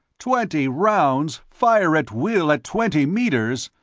twenty rounds, fire at will, at twenty meters!